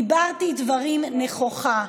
דיברתי דברים נכוחה.